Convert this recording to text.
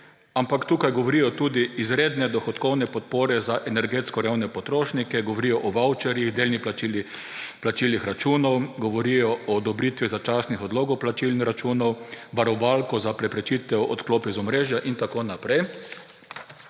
ampak tukaj govorijo tudi o izrednih dohodkovnih podporah za energetsko revne potrošnike, govorijo o vavčerjih, delnih plačilih računov, govorijo o odobritvi začasnih odlogov plačil in računov, varovalki za preprečitev odklopa iz omrežja in tako naprej.